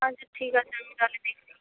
আচ্ছা ঠিক আছে আমি তাহলে দেখছি